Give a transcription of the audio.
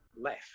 left